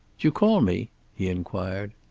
d'you call me? he inquired.